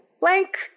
blank